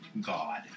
God